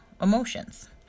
emotions